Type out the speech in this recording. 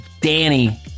Danny